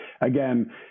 again